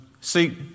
See